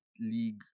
league